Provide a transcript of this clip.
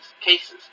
cases